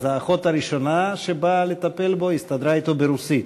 אז האחות הראשונה שבאה לטפל בו הסתדרה אתו ברוסית.